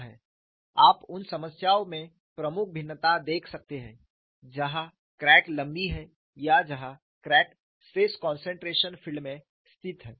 आप उन समस्याओं में प्रमुख भिन्नता देख सकते हैं जहाँ क्रैक लंबी है या जहाँ क्रैक स्ट्रेस कॉन्सेंट्रेशन फील्ड में स्थित है